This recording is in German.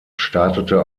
startete